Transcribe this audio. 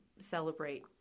Celebrate